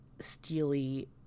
steely